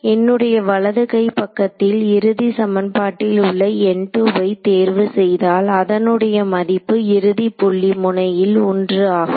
என்னுடைய வலது கை பக்கத்தில் இறுதி சமன்பாட்டில் உள்ள வை தேர்வு செய்தால் அதனுடைய மதிப்பு இறுதி புள்ளி முனையில் 1 ஆகும்